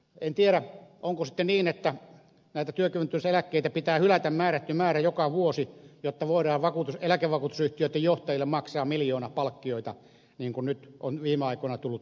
en tiedä onko sitten niin että työkyvyttömyyseläkkeitä pitää hylätä määrätty määrä joka vuosi jotta voidaan eläkevakuutusyhtiöitten johtajille maksaa miljoonapalkkioita niin kuin nyt on viime aikoina tullut ilmi